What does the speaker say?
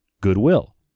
goodwill